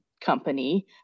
company